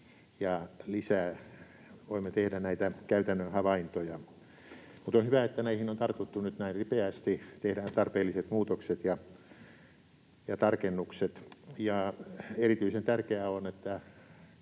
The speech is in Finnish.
ja voimme tehdä lisää näitä käytännön havaintoja. On hyvä, että näihin on tartuttu nyt näin ripeästi, tehdään tarpeelliset muutokset ja tarkennukset. Erityisen tärkeää on, että